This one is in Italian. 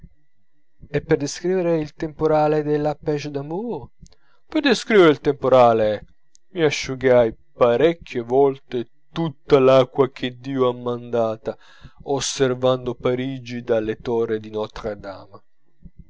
e per descrivere il temporale della page d'amour per descrivere il temporale mi asciugai parecchie volte tutta l'acqua che dio ha mandata osservando parigi dalle torri di ntre dame